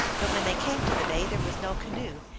but when they came to the bay there was no canoe,